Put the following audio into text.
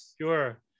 Sure